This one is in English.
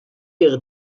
her